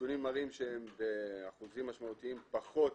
הנתונים מראים שהם באחוזים משמעותיים פחות